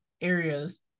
area's